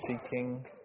seeking